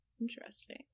Interesting